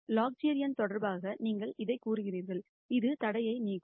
Lagrangian தொடர்பாக நீங்கள் இதைக் கூறுகிறீர்கள் இது தடையை நீக்கும்